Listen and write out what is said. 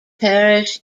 parish